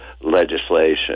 legislation